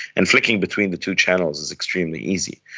and flicking between the two channels is extremely easy.